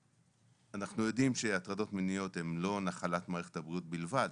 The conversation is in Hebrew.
אנחנו יודעים שהטרדות מיניות הן לא נחלת מערכת הבריאות בלבד,